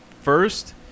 First